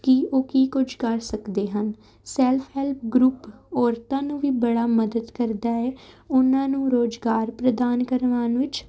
ਕਿ ਉਹ ਕੀ ਕੁਝ ਕਰ ਸਕਦੇ ਹਨ ਸੈਲਫ ਹੈਲਪ ਗਰੁੱਪ ਔਰਤਾਂ ਨੂੰ ਵੀ ਬੜਾ ਮਦਦ ਕਰਦਾ ਹੈ ਉਹਨਾਂ ਨੂੰ ਰੁਜ਼ਗਾਰ ਪ੍ਰਦਾਨ ਕਰਵਾਉਣ ਵਿੱਚ